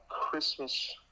Christmas